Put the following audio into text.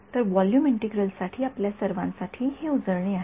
तर व्हॉल्यूम इंटिग्रलसाठी आपल्या सर्वांसाठी हा उजळणी आहे